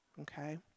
okay